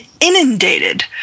inundated